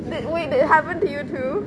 s~ wait it happned to you too